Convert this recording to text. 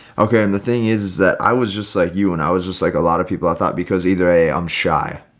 okay, and the thing is, is that i was just like you and i was just like a lot of people, i thought because either i'm um shy,